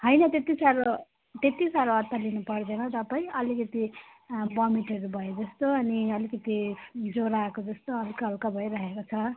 होइन त्यतिसाह्रो त्यतिसाह्रो अत्तालिनु पर्दैन तपाईँ अलिकति भमिटहरू भए जस्तो अनि अलिकति ज्वरो आएको जस्तो हल्का हल्का भइराखेको छ